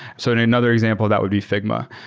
so in another example, that would be figma.